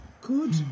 Good